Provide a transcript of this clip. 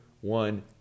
one